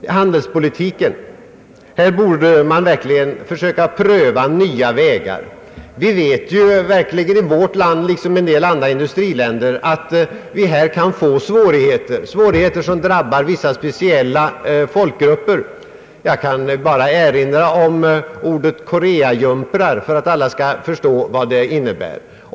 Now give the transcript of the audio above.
Inom handelspolitiken borde man verkligen kunna försöka pröva nya vägar. Vi vet att vårt land liksom andra industriländer kan få svårigheter, som drabbar vissa speciella folkgrupper. Jag kan bara erinra om koreajumprar för att alla skall förstå vad detta innebär.